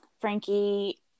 Frankie